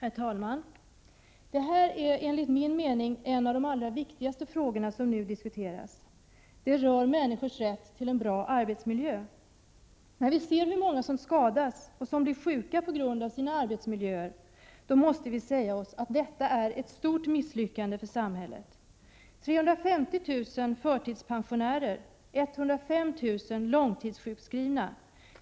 Herr talman! Den fråga som nu diskuteras är enligt min mening en av de allra viktigaste. Den rör människors rätt till en bra arbetsmiljö. När vi ser hur många som skadas och blir sjuka på grund av sina arbetsmiljöer, måste vi säga att detta är ett stort misslyckande för samhället: 350 000 förtidspensionärer, 105 000 långtidssjukskrivna.